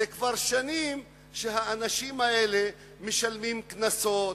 זה כבר שנים שהאנשים האלה משלמים קנסות,